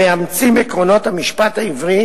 מאמצים עקרונות המשפט העברי